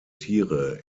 tiere